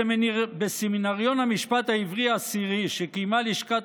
בסמינריון המשפט העברי העשירי שקיימה לשכת